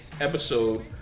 episode